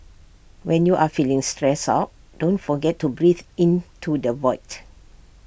when you are feeling stressed out don't forget to breathe into the void